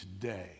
today